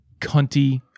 cunty